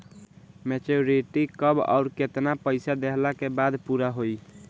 Maturity कब आउर केतना पईसा देहला के बाद पूरा होई?